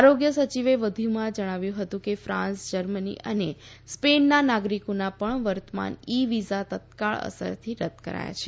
આરોગ્ય સચિવે વધુમાં જણાવ્યું હતું કે ફાન્સ જર્મની અને સ્પેનના નાગરિકોના પણ વર્તમાન ઇ વિઝા તત્કાળ અસરથી રદ કરાયા છે